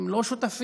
הם לא שותפים,